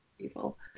people